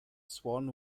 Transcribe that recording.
swan